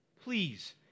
Please